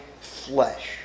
flesh